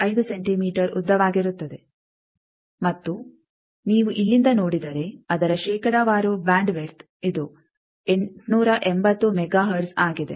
5 centimetre ಉದ್ದವಾಗಿರುತ್ತದೆ ಮತ್ತು ನೀವು ಇಲ್ಲಿಂದ ನೋಡಿದರೆ ಅದರ ಶೇಕಡಾವಾರು ಬ್ಯಾಂಡ್ ವಿಡ್ತ್ ಇದು 880 ಮೆಗಾ ಹರ್ಟ್ಜ್ ಆಗಿದೆ